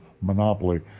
monopoly